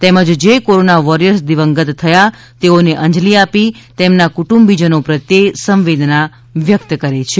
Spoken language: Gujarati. તેમજ જે કોરોના વોરિયર્સ દિવંગત થયા તેઓને અંજલી આપી તેમના કુટુંબીજનો પ્રત્યે સંવેદના વ્યક્ત કરે છે